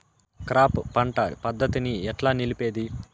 Crop పంట పద్ధతిని ఎట్లా నిలిపేది?